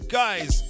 guys